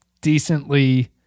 decently